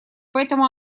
поэтому